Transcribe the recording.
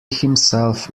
himself